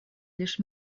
лишь